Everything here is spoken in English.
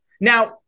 Now